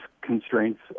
constraints